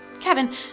Kevin